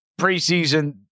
preseason